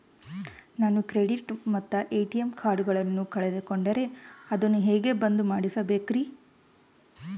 ನಾನು ಕ್ರೆಡಿಟ್ ಮತ್ತ ಎ.ಟಿ.ಎಂ ಕಾರ್ಡಗಳನ್ನು ಕಳಕೊಂಡರೆ ಅದನ್ನು ಹೆಂಗೆ ಬಂದ್ ಮಾಡಿಸಬೇಕ್ರಿ?